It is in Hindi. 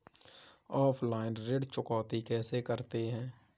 ऑफलाइन ऋण चुकौती कैसे करते हैं?